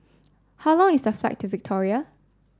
how long is the flight to Victoria